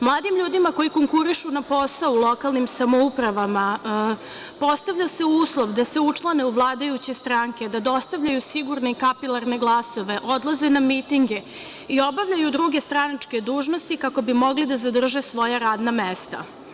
Mladim ljudima koji konkurišu posao u lokalnim samoupravama se postavlja uslov da se učlane u vladajuće stranke, da dostavljaju sigurne i kapilarne glasove, odlaze na mitinge i obavljaju druge stranačke dužnosti kako bi mogli da zadrže svoja radna mesta.